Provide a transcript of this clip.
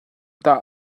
tah